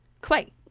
Clay